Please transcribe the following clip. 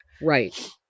Right